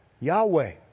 Yahweh